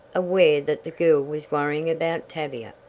aware that the girl was worrying about tavia.